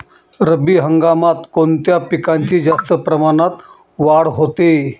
रब्बी हंगामात कोणत्या पिकांची जास्त प्रमाणात वाढ होते?